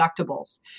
deductibles